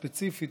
הספציפי,